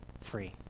free